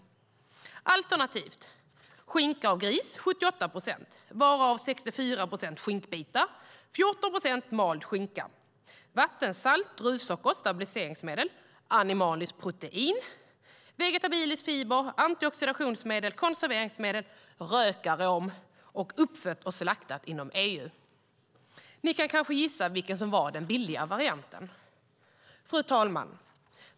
Innehållsförteckningen på det andra alternativet lyder: Skinka av gris 78 procent varav 64 procent skinkbitar och 14 procent mald skinka, vatten, salt, druvsocker, stabiliseringsmedel, animaliskt protein, vegetabilisk fiber, antioxidationsmedel, konserveringsmedel, rökarom, uppfött och slaktat inom EU. Ni kan kanske gissa vilken som var den billiga varianten. Fru talman!